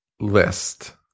list